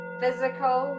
physical